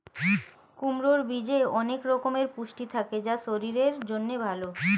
কুমড়োর বীজে অনেক রকমের পুষ্টি থাকে যা শরীরের জন্য ভালো